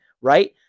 right